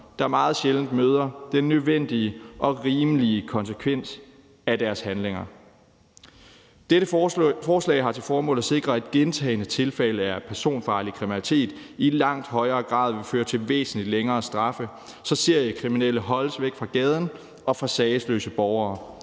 der meget sjældent møder den nødvendige og rimelige konsekvens af deres handlinger. Dette forslag har til formål at sikre, at gentagne tilfælde af personfarlig kriminalitet i langt højere grad vil føre til væsentlig længere straffe, så seriekriminelle holdes væk fra gaden og fra sagesløse borgere,